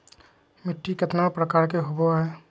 मिट्टी केतना प्रकार के होबो हाय?